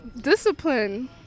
Discipline